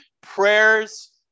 prayers